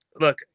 look